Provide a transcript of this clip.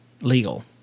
legal